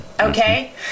Okay